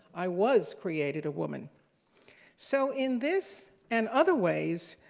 i was created a woman so in this, and other ways,